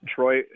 Troy